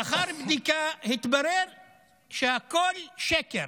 לאחר בדיקה התברר שהכול שקר.